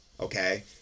Okay